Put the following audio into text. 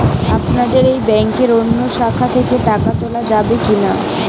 আপনাদের এই ব্যাংকের অন্য শাখা থেকে টাকা তোলা যাবে কি না?